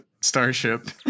starship